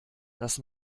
das